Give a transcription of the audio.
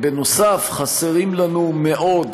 נוסף על כך חסרים לנו מאוד